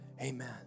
Amen